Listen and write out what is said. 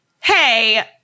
hey